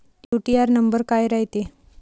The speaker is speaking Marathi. यू.टी.आर नंबर काय रायते?